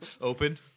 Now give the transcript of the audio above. Open